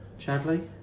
Chadley